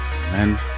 Amen